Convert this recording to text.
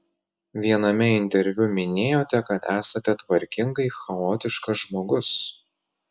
viename interviu minėjote kad esate tvarkingai chaotiškas žmogus